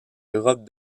europe